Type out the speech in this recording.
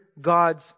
God's